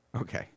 Okay